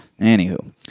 Anywho